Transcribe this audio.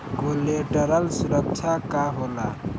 Collateral सुरक्षा का होला?